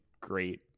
great